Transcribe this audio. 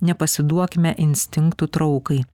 nepasiduokime instinktų traukai